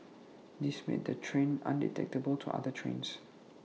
this made the train undetectable to other trains